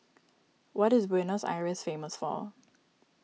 what is Buenos Aires famous for